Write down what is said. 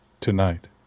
tonight